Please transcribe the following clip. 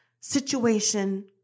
situation